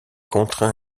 contraint